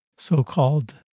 so-called